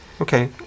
Okay